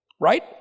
Right